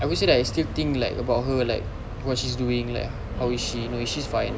I would say I still think like about her like what she's doing like how is she is she fine